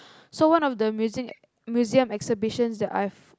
so one of the museum museum exhibitions that I've